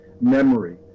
memory